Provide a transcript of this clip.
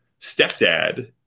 stepdad